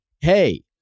hey